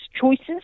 choices